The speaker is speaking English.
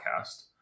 podcast